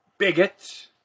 Bigot